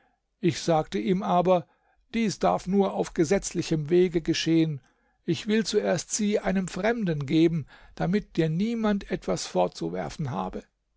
ich sagte ihm aber dies darf nur auf gesetzlichem wege geschehen ich will zuerst sie einem fremden geben damit dir niemand etwas vorzuwerfen habe